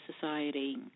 society